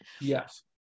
Yes